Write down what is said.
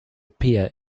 appear